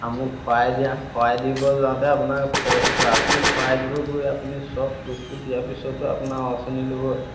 আমুক শৰাই দিয়া শৰাই দিব যাওঁতে আপোনাক পইচা আপুনি শৰাই দিব গৈ আপুনি চব বস্তু দিয়াৰ পিছতো আপোনাৰ অৰ্চনী ল'ব